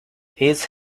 his